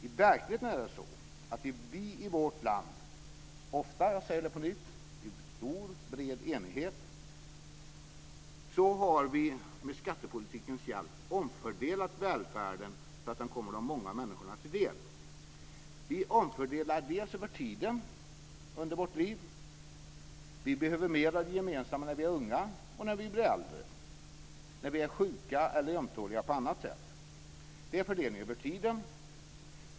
I verkligheten är det så att vi i vårt land, ofta i stor, bred enighet, det säger jag igen, med skattepolitikens hjälp har omfördelat välfärden så att den kommit de många människorna till del. Vi omfördelar bl.a. över tiden under våra liv. Vi behöver mer av det gemensamma när vi är unga och när vi är gamla. Vi behöver mer när vi är sjuka eller ömtåliga på annat sätt. Det är fördelning över tiden.